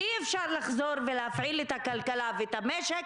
אי-אפשר לחזור ולהפעיל את הכלכלה ואת המשק